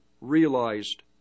realized